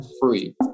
free